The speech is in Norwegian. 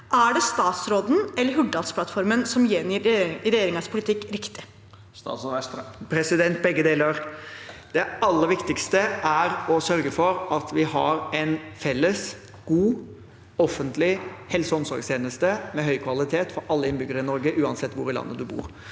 Er det statsråden eller Hurdalsplattformen som gjengir regjeringas politikk riktig?» Statsråd Jan Christian Vestre Begge de- ler. Det aller viktigste er å sørge for at vi har en felles, god, offentlig helse- og omsorgstjeneste med høy kvalitet for alle innbyggere i Norge, uansett hvor i landet man bor,